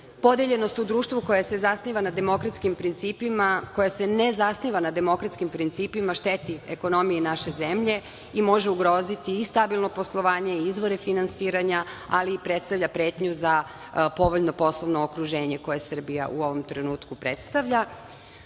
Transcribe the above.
mišljenja. Podeljenost u društvu koje se ne zasniva na demokratskim principima šteti ekonomiji naše zemlje i može ugroziti i stabilno poslovanje i izvore finansiranja, ali i predstavlja pretnju za povoljno poslovno okruženje koje Srbija u ovom trenutku predstavlja. Političke